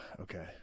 Okay